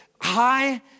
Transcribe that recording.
high